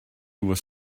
was